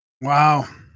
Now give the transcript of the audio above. Wow